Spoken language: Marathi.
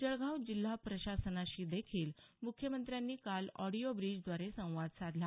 जळगाव जिल्हा प्रशासनाशी देखील मुख्यमंत्र्यांनी काल ऑडिओ ब्रीजद्वारे संवाद साधला